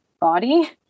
body